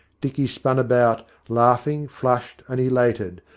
dicky spun about, laughing, flushed, and elated,